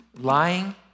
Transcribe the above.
Lying